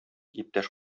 иптәш